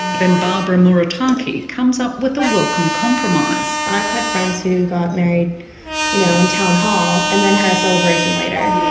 then barbara murotake comes up with a welcome compromise. i've had friends who got married you know in town hall and then had a celebration later. yeah